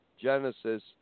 genesis